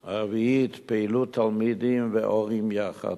הרביעי, פעילות תלמידים והורים יחד.